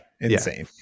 insane